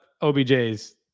OBJ's